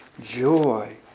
joy